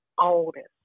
oldest